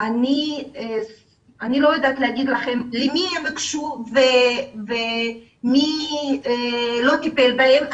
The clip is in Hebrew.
אני לא יודעת להגיד לכם למי הן הוגשו ומי לא טיפל בהן.